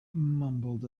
mumbled